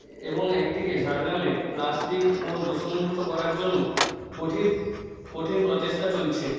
এবং একদিকে ঝাড়গ্রামে প্লাস্টিক ও দূষণমুক্ত করার জন্য কঠির কঠিন প্রচেষ্টা চলছে